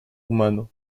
humano